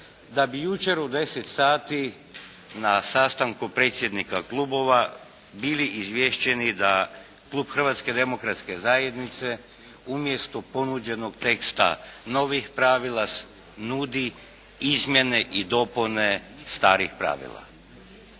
da bi jučer u 10 sati na sastanku predsjednika klubova bili izvješćeni da klub Hrvatske demokratske zajednice umjesto ponuđenog teksta novih pravila nudi izmjene i dopune starih pravila.